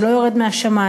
זה לא יורד מהשמים,